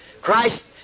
Christ